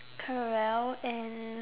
corell and